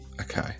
okay